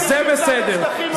זה בסדר,